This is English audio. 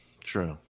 true